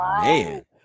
man